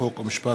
חוק ומשפט.